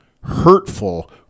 hurtful